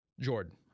Jordan